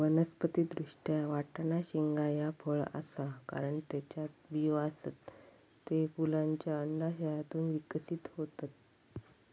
वनस्पति दृष्ट्या, वाटाणा शेंगा ह्या फळ आसा, कारण त्येच्यात बियो आसत, ते फुलांच्या अंडाशयातून विकसित होतत